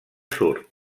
surt